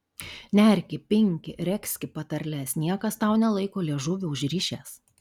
nerki pinki regzki patarles niekas tau nelaiko liežuvio užrišęs